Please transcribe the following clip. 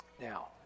Now